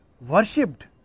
worshipped